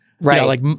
Right